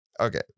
Okay